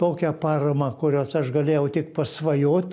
tokią paramą kurios aš galėjau tik pasvajot